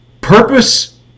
purpose